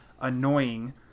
annoying